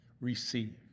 receive